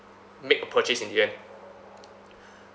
make a purchase in the end